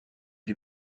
les